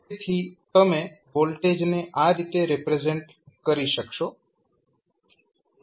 તેથી તમે વોલ્ટેજને આ રીતે રિપ્રેઝેન્ટ કરશો